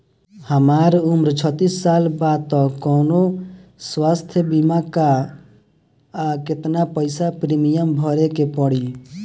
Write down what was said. हमार उम्र छत्तिस साल बा त कौनों स्वास्थ्य बीमा बा का आ केतना पईसा प्रीमियम भरे के पड़ी?